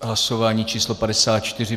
Hlasování číslo 54.